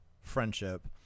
friendship